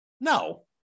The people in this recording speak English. No